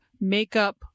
makeup